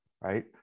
right